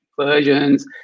versions